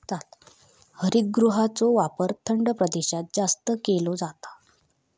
हरितगृहाचो वापर थंड प्रदेशात जास्त केलो जाता